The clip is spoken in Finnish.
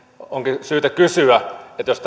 onkin syytä kysyä jos